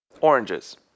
oranges